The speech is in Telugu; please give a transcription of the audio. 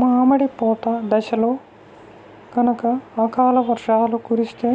మామిడి పూత దశలో గనక అకాల వర్షాలు కురిస్తే